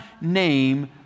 name